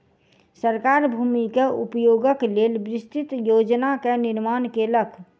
सरकार भूमि के उपयोगक लेल विस्तृत योजना के निर्माण केलक